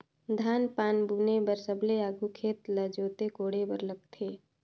धान पान बुने बर सबले आघु खेत ल जोते कोड़े बर लगथे